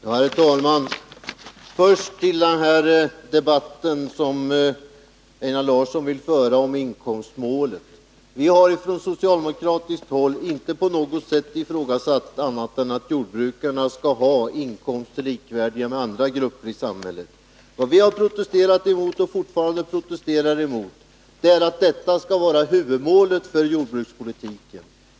Herr talman! Först till den debatt om inkomstmålet som Einar Larsson vill föra. Från socialdemokratiskt håll har vi inte på något sätt menat annat än att jordbrukarna skall ha inkomster som är likvärdiga dem som andra grupper i samhället har. Vad vi har protesterat och fortfarande protesterar emot är att detta skall vara huvudmålet för jordbrukspolitiken.